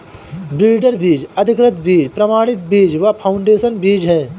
breeder बीज, अधिकृत बीज, प्रमाणित बीज व फाउंडेशन बीज है